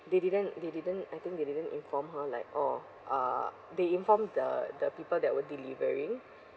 they didn't they didn't I think they didn't inform her like oh uh they inform the the people that were delivering